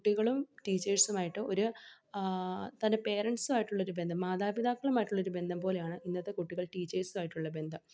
കുട്ടികളും ടീച്ചേഴ്സുമായിട്ട് ഒരു തന്റെ പേരൻറ്സുമായിട്ടുള്ള ഒരു ബന്ധം മാതാപിതാക്കളുമായിട്ടുള്ള ഒരു ബന്ധം പോലെയാണ് ഇന്നത്തെ കുട്ടികൾ ടീച്ചേഴ്സുമായിട്ടുള്ള ബന്ധം